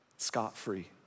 scot-free